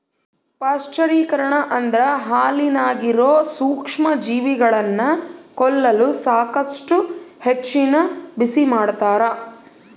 ಪಾಶ್ಚರೀಕರಣ ಅಂದ್ರ ಹಾಲಿನಾಗಿರೋ ಸೂಕ್ಷ್ಮಜೀವಿಗಳನ್ನ ಕೊಲ್ಲಲು ಸಾಕಷ್ಟು ಹೆಚ್ಚಿನ ಬಿಸಿಮಾಡ್ತಾರ